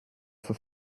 for